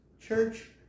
church